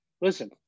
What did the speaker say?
Listen